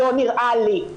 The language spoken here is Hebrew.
לא נראה לי.